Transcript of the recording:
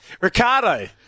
Ricardo